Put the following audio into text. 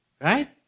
Right